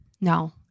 No